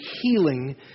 healing